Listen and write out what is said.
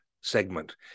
segment